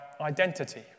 identity